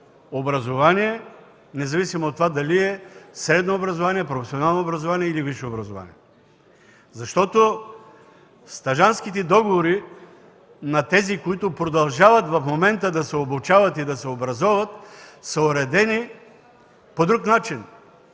образование, независимо от това дали е средно, професионално или висше образование, защото стажантските договори на тези, които продължават в момента да се обучават и да се образоват, са уредени по друг начин.